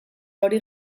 hori